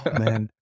man